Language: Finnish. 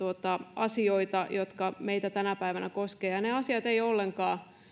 asioita jotka meitä tänä päivänä koskevat ja ne asiat eivät ole ollenkaan